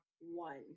one